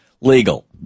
legal